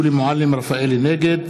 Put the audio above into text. נגד